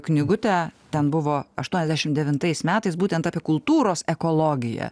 knygutę ten buvo aštuoniasdešim devintais metais būtent apie kultūros ekologiją